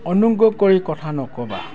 অনুগ্ৰহ কৰি কথা নকবা